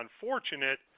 unfortunate